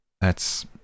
That's